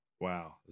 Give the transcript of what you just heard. Wow